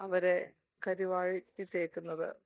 അവരെ കരിവാരി തേക്കുന്നത്